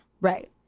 Right